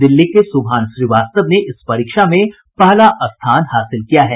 दिल्ली के सुभान श्रीवास्तव ने इस परीक्षा में पहला स्थान हासिल किया है